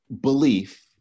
belief